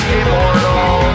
immortal